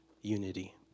unity